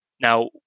Now